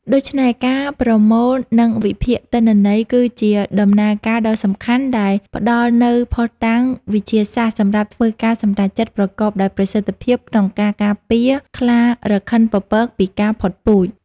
ដូច្នេះ ការប្រមូល និងវិភាគទិន្នន័យគឺជាដំណើរការដ៏សំខាន់ដែលផ្តល់នូវភស្តុតាងវិទ្យាសាស្ត្រសម្រាប់ធ្វើការសម្រេចចិត្តប្រកបដោយប្រសិទ្ធភាពក្នុងការការពារខ្លារខិនពពកពីការផុតពូជ។